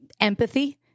empathy